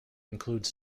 include